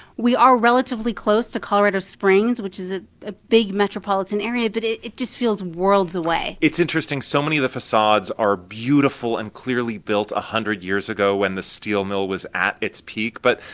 we are relatively close to colorado springs, which is a ah big metropolitan area, but it it just feels worlds away it's interesting. so many of the facades are beautiful and clearly built one hundred years ago when the steel mill was at its peak. but,